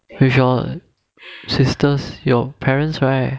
with your sisters parents right